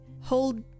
hold